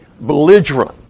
belligerent